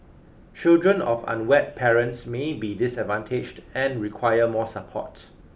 children of unwed parents may be disadvantaged and require more support